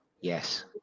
Yes